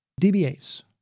DBAs